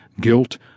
guilt